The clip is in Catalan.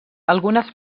algunes